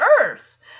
earth